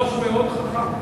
ראש מאוד חכם.